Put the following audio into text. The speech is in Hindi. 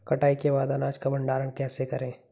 कटाई के बाद अनाज का भंडारण कैसे करें?